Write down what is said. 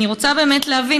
אני רוצה להבין,